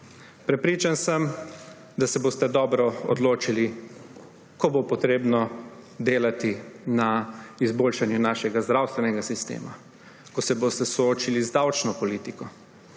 Prepričan sem, da se boste dobro odločili, ko bo potrebno delati na izboljšanju našega zdravstvenega sistema, ko se boste soočili z davčno politiko,